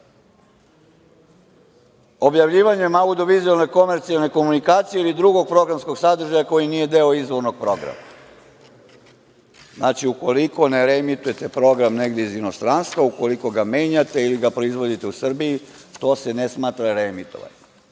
objavljivanjem audio, vizuelne, komercijalne komunikacije ili drugog programskog sadržaja koji nije deo izvornog programa. Znači, ukoliko ne reemitujete program negde iz inostranstva, ukoliko ga menjate ili ga proizvodite u Srbiji, to se ne smatra reemitovanjem.